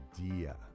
idea